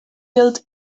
build